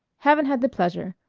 haven't had the pleasure.